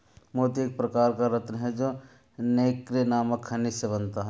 मोती एक प्रकार का रत्न है जो नैक्रे नामक खनिज से बनता है